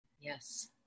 Yes